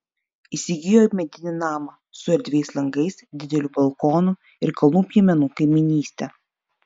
įsigijo medinį namą su erdviais langais dideliu balkonu ir kalnų piemenų kaimynyste